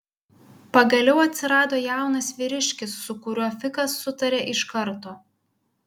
pagaliau atsirado jaunas vyriškis su kuriuo fikas sutarė iš karto